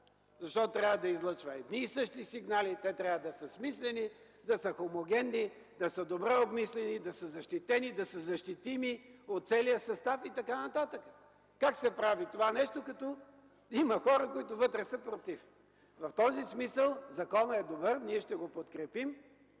защото трябва да излъчва едни и същи сигнали, те трябва да са смислени, да са хомогенни, да са добре обмислени, да са защитени, да са защитими от целия състав и така нататък. Как се прави това нещо, като вътре има хора, които са „против”? В този смисъл законът е добър, ние ще го подкрепим,